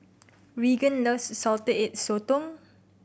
Raegan loves Salted Egg Sotong